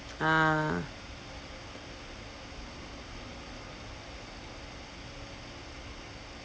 ah